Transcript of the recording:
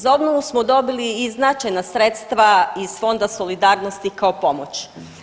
Za obnovu smo dobili i značajna sredstva iz Fonda solidarnosti kao pomoć.